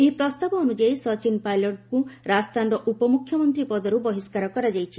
ଏହି ପ୍ରସ୍ତାବ ଅନୁଯାୟୀ ସଚିନ ପାଇଲଟଙ୍କୁ ରାଜସ୍ଥାନର ଉପମୁଖ୍ୟମନ୍ତ୍ରୀ ପଦରୁ ବହିଷ୍କାର କରାଯାଇଛି